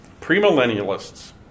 Premillennialists